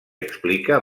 explica